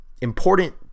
important